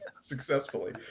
successfully